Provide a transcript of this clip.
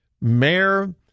mayor